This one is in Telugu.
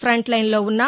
ఫంట్ లైన్లో ఉన్న